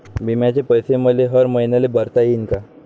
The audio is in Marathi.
बिम्याचे पैसे मले हर मईन्याले भरता येईन का?